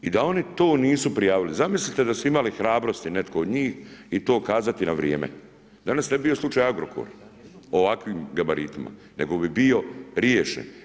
I da oni to nisu prijavili, zamislite da su imali hrabrosti netko od njih i to kazati na vrijeme, danas ne bi bio slučaj Agrokor ovakvim gabaritima nego bi bio riješen.